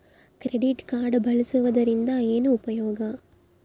Credit card ಬಳಸುವದರಿಂದ ಏನು ಉಪಯೋಗ?